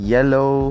Yellow